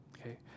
okay